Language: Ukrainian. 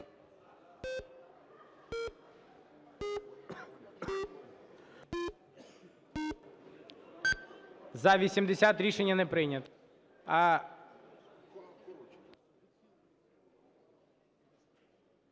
За-80 Рішення не прийнято.